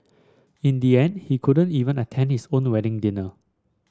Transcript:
in the end he couldn't even attend his own wedding dinner